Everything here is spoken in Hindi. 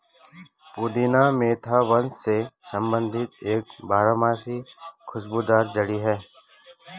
पुदीना मेंथा वंश से संबंधित एक बारहमासी खुशबूदार जड़ी है